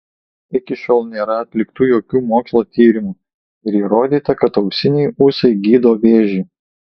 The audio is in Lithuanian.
iki šiol nėra atliktų jokių mokslo tyrimų ir įrodyta kad auksiniai ūsai gydo vėžį